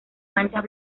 manchas